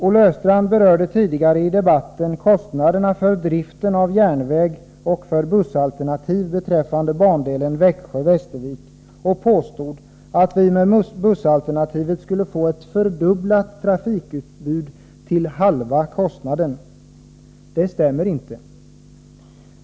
Olle Östrand berörde tidigare i debatten kostnaderna för driften av järnväg och för bussalternativ beträffande bandelen Växjö-Västervik och påstod att man med bussalternativet skulle få ett fördubblat trafikutbud till halva kostnaden. Det stämmer inte.